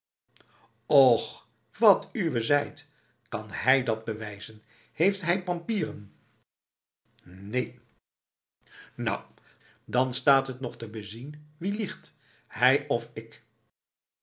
och wat uwè zeit kan hij dat bewijzen heeft hij pampieren neen nou dan staat het nog te bezien wie liegt hij of ik